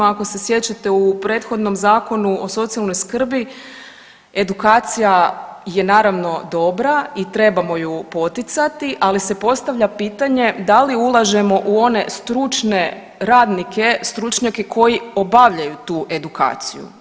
Ako se sjećate u prethodnom Zakonu o socijalnoj skrbi edukacija je naravno dobra i trebamo ju poticati, ali se postavlja pitanje da li ulažemo u one stručne radnike, stručnjake koji obavljaju tu edukaciju.